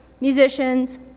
musicians